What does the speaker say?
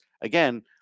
again